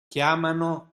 chiamano